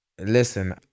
listen